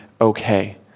okay